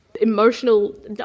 emotional